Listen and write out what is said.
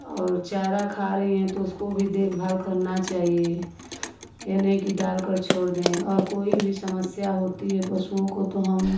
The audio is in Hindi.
और चारा खा रही हैं तो उसको भी देखभाल करना चाहिए ये नहीं कि डालकर छोड़ दें और कोई भी समस्या होती है पशुओं को तो हम